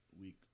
week